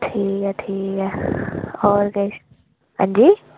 ठीक ऐ ठीक ऐ होर किश अंजी